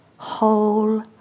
whole